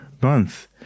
month